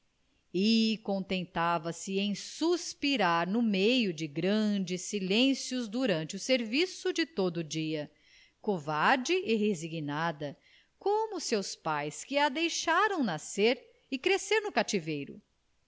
e contentava-se em suspirar no meio de grandes silêncios durante o serviço de todo o dia covarde e resignada como seus pais que a deixaram nascer e crescer no cativeiro